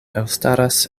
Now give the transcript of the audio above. elstaras